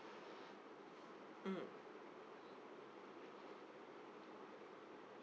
mm